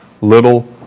little